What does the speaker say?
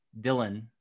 dylan